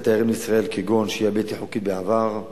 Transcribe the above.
כניסת תיירים לישראל, כגון שהייה בלתי חוקית בעבר,